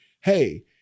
hey